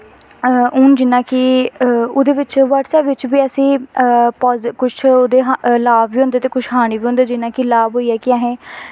हून जि'यां कि ओह्दे बिच्च बी ब्हटसैप बिच्च बी अस कुछ ओह्दे लाभ बी होंदे ते कुछ हानी बी होंदे जि'यां कि लाभ होई गे असें